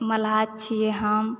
मलाह छियै हम